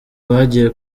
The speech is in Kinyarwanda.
bagiye